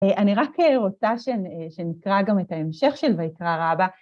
אני רק רוצה שנקרא גם את ההמשך של מקרא רבא.